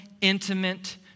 intimate